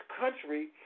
country